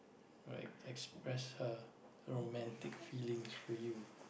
alright express her romantic feelings for you